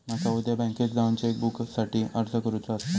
माका उद्या बँकेत जाऊन चेक बुकसाठी अर्ज करुचो आसा